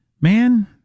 man